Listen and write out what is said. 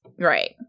Right